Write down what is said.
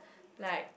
like